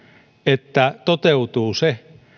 että toteutuu se